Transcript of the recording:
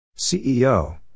CEO